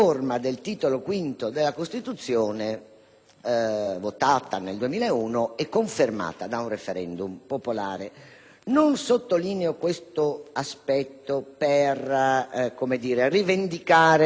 votata nel 2001 e confermata da una *referendum* popolare. Non sottolineo questo aspetto per rivendicare, Ministro, una sorta di primogenitura.